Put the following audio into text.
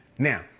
Now